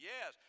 Yes